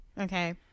Okay